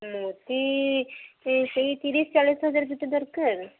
ମୁଦି ସେଇ ତିରିଶ ଚାଳିଶ ହଜାର ଭିତରେ ଦରକାର